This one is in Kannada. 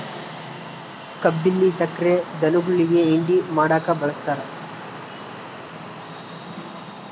ಕಬ್ಬಿಲ್ಲಿ ಸಕ್ರೆ ಧನುಗುಳಿಗಿ ಹಿಂಡಿ ಮಾಡಕ ಬಳಸ್ತಾರ